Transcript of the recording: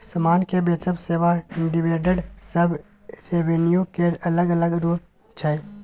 समान केँ बेचब, सेबा, डिविडेंड सब रेवेन्यू केर अलग अलग रुप छै